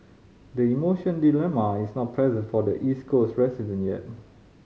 the emotion dilemma is not present for the East Coast resident yet